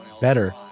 better